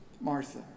Martha